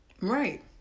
Right